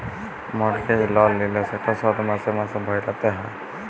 mortgage লল লিলে সেট শধ মাসে মাসে ভ্যইরতে হ্যয়